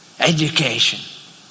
Education